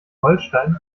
holstein